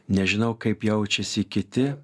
nežinau kaip jaučiasi kiti